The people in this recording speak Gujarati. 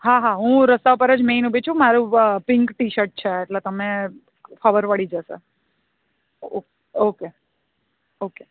હા હા હું રસ્તા પર જ મેન ઊભી છું મારું પિન્ક ટી શર્ટ છે એટલે તમે ખબર પડી જશે ઓકે ઓકે